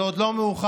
זה עוד לא מאוחר.